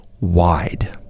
wide